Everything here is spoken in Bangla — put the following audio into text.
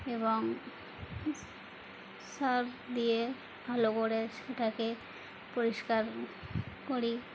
এবং সার্ফ দিয়ে ভালো করে সেটাকে পরিষ্কার করি